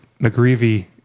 McGreevy